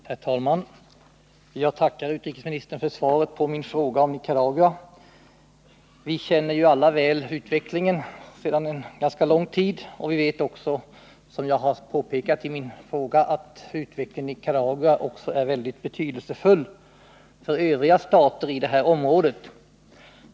Herr talman! Jag tackar utrikesministern för svaret på min fråga beträffande Nicaragua. Sedan en ganska lång tid tillbaka känner vi alla väl till förhållandena i Nicaragua. Såsom jag påpekat i min fråga är den vidare utvecklingen i landet mycket betydelsefull också för övriga stater inom det här området.